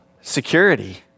security